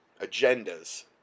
agendas